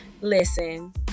Listen